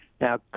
Now